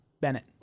Bennett